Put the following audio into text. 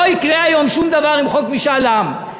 לא יקרה היום שום דבר עם חוק משאל העם.